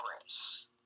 race